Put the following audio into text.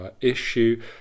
issue